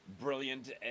brilliant